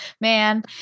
man